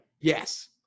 yes